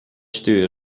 stuur